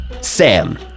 Sam